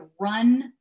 run